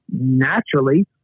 naturally